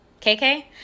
KK